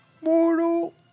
Mortal